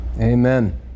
Amen